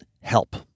help